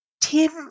Tim